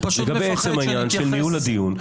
לעצם העניין של ניהול הדיון,